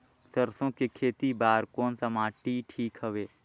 सरसो के खेती बार कोन सा माटी ठीक हवे?